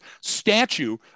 statue